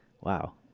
wow